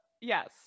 yes